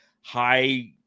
high